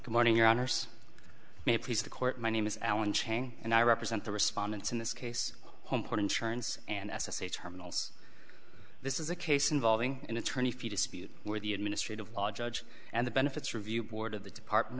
good morning your honour's may please the court my name is alan chang and i represent the respondents in this case homeport insurance and s s a terminals this is a case involving an attorney if you dispute where the administrative law judge and the benefits review board of the department